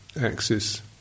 axis